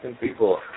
people